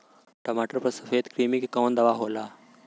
टमाटर पे सफेद क्रीमी के कवन दवा होला?